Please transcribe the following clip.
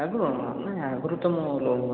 ଆଗରୁ ଆଗରୁ ତ ମୁଁ ଲୋନ୍